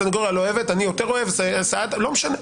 הסניגוריה לא אוהבת, אני יותר אוהב, לא משנה.